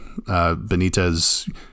Benitez